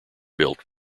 built